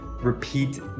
repeat